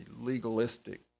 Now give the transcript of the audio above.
legalistic